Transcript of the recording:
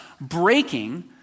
breaking